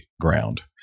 ground